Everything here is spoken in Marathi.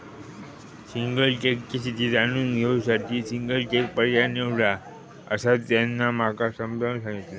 सिंगल चेकची स्थिती जाणून घेऊ साठी सिंगल चेक पर्याय निवडा, असा त्यांना माका समजाऊन सांगल्यान